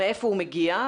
מאיפה הוא מגיע,